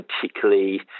particularly